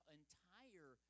entire